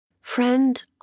Friend